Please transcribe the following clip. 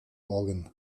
ogenj